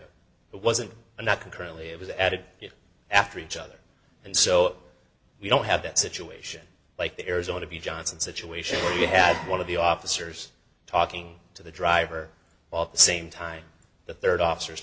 it wasn't and that concurrently it was added after each other and so we don't have that situation like there is going to be johnson situation where you had one of the officers talking to the driver while at the same time the third officer